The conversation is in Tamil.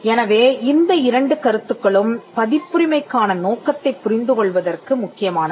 எனவே இந்த இரண்டு கருத்துக்களும் பதிப்புரிமைக்கான நோக்கத்தைப் புரிந்து கொள்வதற்கு முக்கியமானவை